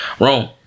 Wrong